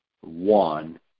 one